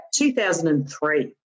2003